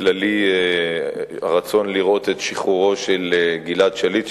כללי הרצון לראות את שחרורו של גלעד שליט,